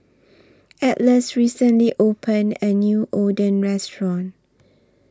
Atlas recently opened A New Oden Restaurant